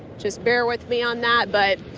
just bear with me on that. but